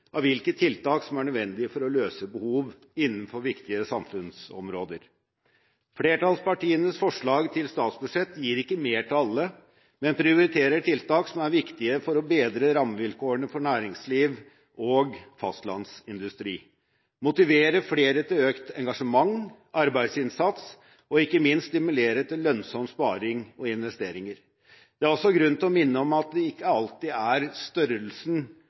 av hvilke tiltak som er nødvendige for å løse behov innenfor viktige samfunnsområder. Flertallspartienes forslag til statsbudsjett gir ikke mer til alle, men prioriterer tiltak som er viktige for å bedre rammevilkårene for næringsliv og fastlandsindustri, motivere flere til økt engasjement, arbeidsinnsats og ikke minst stimulere til lønnsom sparing og investeringer. Det er også grunn til å minne om at det ikke alltid er størrelsen